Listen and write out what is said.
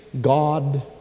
God